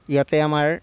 ইয়াতে আমাৰ